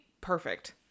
Perfect